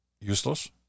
useless